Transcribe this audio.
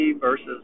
versus